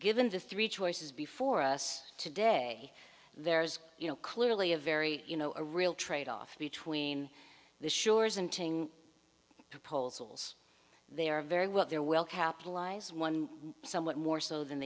given the three choices before us today there's you know clearly a very you know a real trade off between the shores and proposals there are very well they're well capitalized one somewhat more so